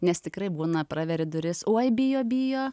nes tikrai būna praveri duris oi bijo bijo